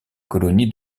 colonies